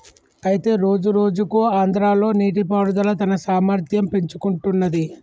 అయితే రోజురోజుకు ఆంధ్రాలో నీటిపారుదల తన సామర్థ్యం పెంచుకుంటున్నది